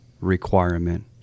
requirement